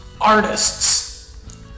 artists